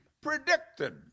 predicted